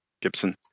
gibson